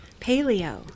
paleo